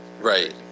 Right